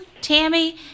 Tammy